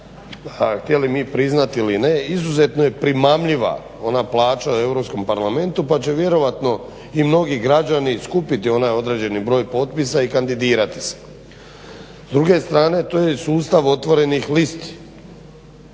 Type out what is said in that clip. htjeli mi priznati ili ne izuzetno je primamljiva ona plaća u Europskom parlamentu pa će vjerojatno i mnogi građani skupiti onaj određeni broj potpisa i kandidirati se. S druge strane to je sustav otvorenih listi.